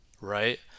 right